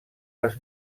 les